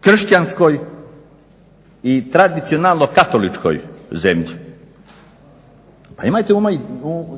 kršćanskoj i tradicionalno katoličkoj zemlji. Pa